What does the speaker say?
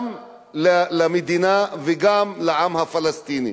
גם למדינה וגם לעם הפלסטיני,